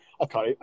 okay